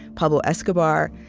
pablo escobar,